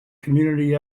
community